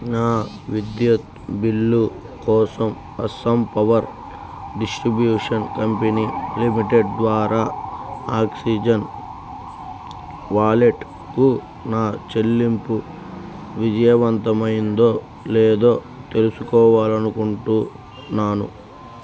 నా విద్యుత్ బిల్లు కోసం Assam power distribution company limited ద్వారా ఆక్సిజెన్ వాలెట్కు నా చెల్లింపు విజయవంతమైందో లేదో తెలుసుకోవాలనుకుంటున్నాను